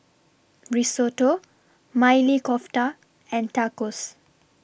Risotto Maili Kofta and Tacos